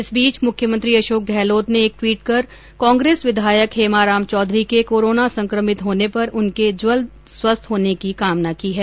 इस बीच मुख्यमंत्री अशोक गहलोत ने एक ट्वीट कर कांग्रेस विधायक हेमाराम चौधरी के कोरोना संक्रमित होने पर उनके जल्द स्वस्थ होने की कामना की है